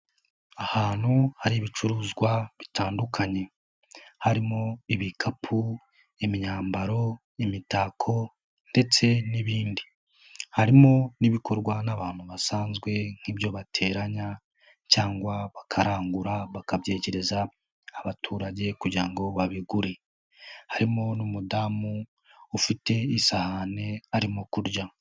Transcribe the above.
Ahantu hari ibicuruzwa bitandukanye, harimo: ibikapu, imyambaro, imitako ndetse n'ibindi harimo n'ibikorwa n'abantu basanzwe nk'ibyo bateranya cyangwa bakarangura bakabyegereza abaturage kugira ngo babigure. Harimo n'umudamu ufite isahani arimo kurya.